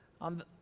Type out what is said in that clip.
on